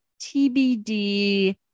TBD